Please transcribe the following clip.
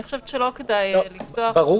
אני חושבת שלא כדאי לפתוח --- ברור